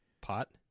pot